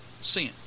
sin